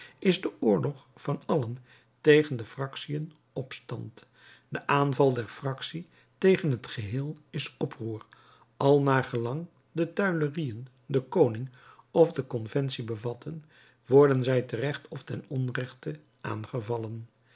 is de oorlog van allen tegen de fractiën opstand de aanval der fractie tegen het geheel is oproer al naar gelang de tuilerieën den koning of de conventie bevatten worden zij terecht of ten onrechte aangevallen